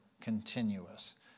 continuous